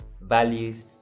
values